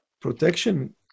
protection